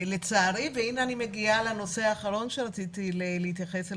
לצערי והנה אני מגיעה לנושא האחרון שרציתי להתייחס אליו,